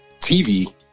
TV